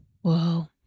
Whoa